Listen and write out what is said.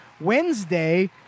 Wednesday